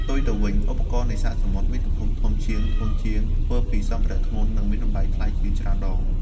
ផ្ទុយទៅវិញ ឧបករណ៍នេសាទសមុទ្រមានទំហំធំជាង ធន់ជាង ធ្វើពីសម្ភារៈធ្ងន់ និងមានតម្លៃថ្លៃជាងច្រើនដង។